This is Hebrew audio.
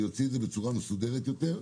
אני אוציא את זה בצורה מסודרת יותר,